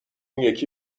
یکی